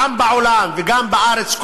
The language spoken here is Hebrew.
גם בעולם וגם בארץ,